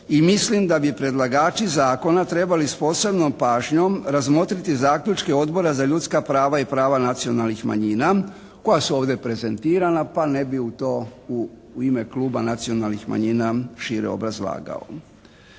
i mislim da bi predlagači zakona trebali s posebnom pažnjom razmotriti zaključke Odbora za ljudska prava i prava nacionalnih manjina koja su ovdje prezentirana pa ne bi u to u ime Kluba nacionalnih manjina šire obrazlagao.